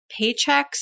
paychecks